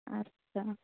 আচ্ছা